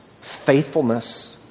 faithfulness